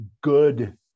good